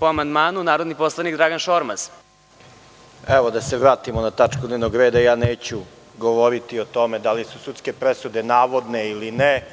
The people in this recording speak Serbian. amandmanu, narodni poslanik Dragan Šormaz. **Dragan Šormaz** Da se vratimo na tačku dnevnog reda, neću govoriti o tome da li su sudske presude navodne ili ne,